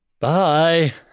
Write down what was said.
Bye